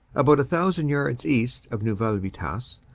about a thousand yards east of neuville vi tasse,